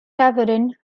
tavern